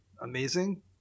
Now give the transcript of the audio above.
amazing